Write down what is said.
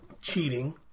Cheating